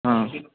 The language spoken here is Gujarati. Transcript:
હાં